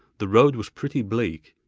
the road was pretty bleak,